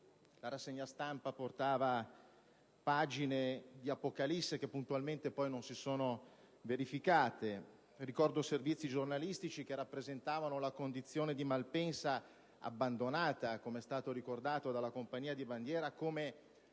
la rassegna stampa portava pagine di apocalissi, che puntualmente poi non si sono verificate. Ricordo servizi giornalistici che rappresentavano la condizione di Malpensa abbandonata dalla compagnia di bandiera come